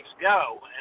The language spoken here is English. go